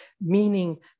meaning